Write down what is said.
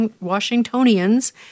Washingtonians